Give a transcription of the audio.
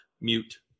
mute